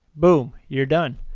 boom, you're done!